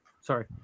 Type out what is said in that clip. sorry